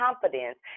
confidence